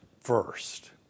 first